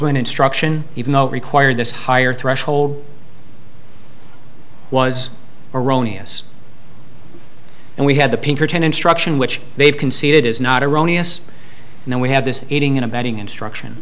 an instruction even though it required this higher threshold was erroneous and we had the pinkerton instruction which they've conceded is not erroneous and then we have this aiding and abetting instruction